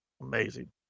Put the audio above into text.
Amazing